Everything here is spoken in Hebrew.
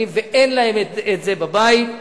ואין להם אפשרות לעשות את זה בבית,